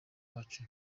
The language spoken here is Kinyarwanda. wacu